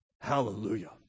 Hallelujah